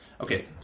Okay